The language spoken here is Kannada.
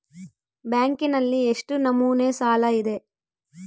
ಬ್ಯಾಂಕಿನಲ್ಲಿ ಎಷ್ಟು ನಮೂನೆ ಸಾಲ ಇದೆ?